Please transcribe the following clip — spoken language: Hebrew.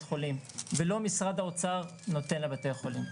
חולים ולא משרד האוצר נותן לבתי החולים.